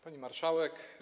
Pani Marszałek!